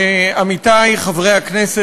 עמיתי חברי הכנסת,